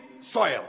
soil